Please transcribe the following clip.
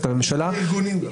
את הארגונים.